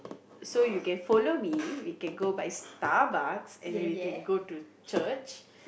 so you can follow me we can go buy Starbucks and we can go to church